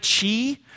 Chi